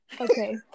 Okay